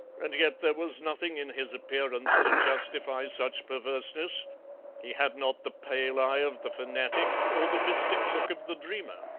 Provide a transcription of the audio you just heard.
and yet there was nothing in his appearance to justify such perverseness he had not the pale eye of the fanatic or the mystic look of the dreamer.